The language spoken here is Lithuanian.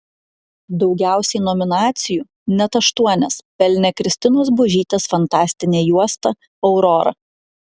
daugiausiai nominacijų net aštuonias pelnė kristinos buožytės fantastinė juosta aurora